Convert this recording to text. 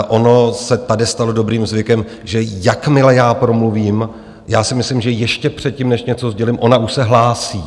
Ono se tady stalo dobrým zvykem, že jakmile já promluvím, já si myslím, že ještě předtím, než něco sdělím, ona už se hlásí.